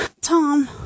Tom